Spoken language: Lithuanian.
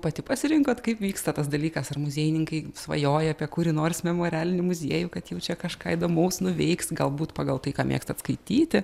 pati pasirinkot kaip vyksta tas dalykas ar muziejininkai svajoja apie kurį nors memorialinį muziejų kad jau čia kažką įdomaus nuveiks galbūt pagal tai ką mėgstat skaityti